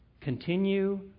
continue